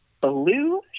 Blue